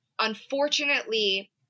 unfortunately